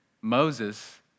Moses